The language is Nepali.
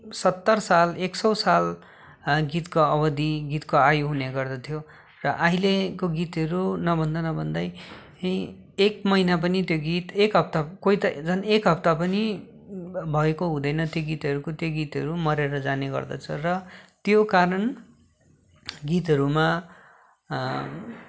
सत्तर साल एक सौ साल गीतको अवधि गीतको आयु हुने गर्दथ्यो तर अहिलेको गीतहरू नभन्दा नभन्दै एक महिना पनि त्यो गीत एक हप्ता कोही त झन् एक हप्ता पनि भएको हुँदैन त्यो गीतहरूको त्यो गीतहरू मरेर जाने गर्दछ र त्यो कारण गीतहरूमा